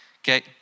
okay